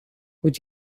would